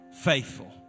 faithful